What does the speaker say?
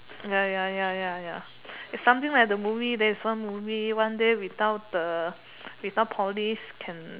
ya ya ya ya ya is something like the movie there is one movie one day without the without police can